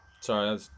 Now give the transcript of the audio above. sorry